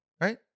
Right